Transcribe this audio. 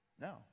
No